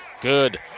Good